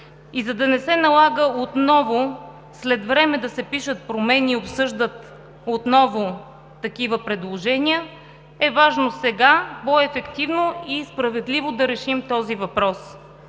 За да не се налага отново след време да се пишат промени и обсъждат отново такива предложения, е важно сега по-ефективно и справедливо да решим този въпрос